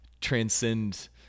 transcend